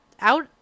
out